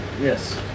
yes